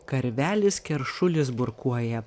karvelis keršulis burkuoja